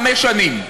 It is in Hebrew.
חמש שנים.